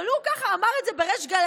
אבל הוא ככה אמר את זה בריש גלי.